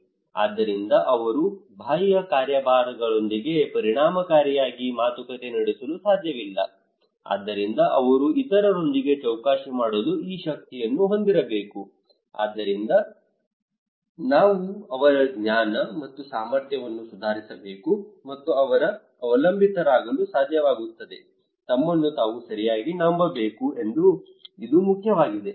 ಆದ್ದರಿಂದ ಅವರು ಬಾಹ್ಯ ಕಾರ್ಯಭಾರಗಳೊಂದಿಗೆ ಪರಿಣಾಮಕಾರಿಯಾಗಿ ಮಾತುಕತೆ ನಡೆಸಲು ಸಾಧ್ಯವಿಲ್ಲ ಆದ್ದರಿಂದ ಅವರು ಇತರರೊಂದಿಗೆ ಚೌಕಾಶಿ ಮಾಡಲು ಈ ಶಕ್ತಿಯನ್ನು ಹೊಂದಿರಬೇಕು ಆದ್ದರಿಂದ ನಾವು ಅವರ ಜ್ಞಾನ ಮತ್ತು ಸಾಮರ್ಥ್ಯವನ್ನು ಸುಧಾರಿಸಬೇಕು ಮತ್ತು ಅವರು ಅವಲಂಬಿತರಾಗಲು ಸಾಧ್ಯವಾಗುತ್ತದೆ ತಮ್ಮನ್ನು ತಾವು ಸರಿಯಾಗಿ ನಂಬಬೇಕು ಇದು ಮುಖ್ಯವಾಗಿದೆ